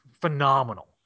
phenomenal